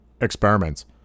experiments